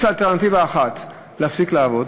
יש לה אלטרנטיבה אחת: להפסיק לעבוד,